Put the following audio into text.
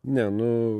ne nu